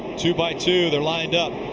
two by two they're lined up.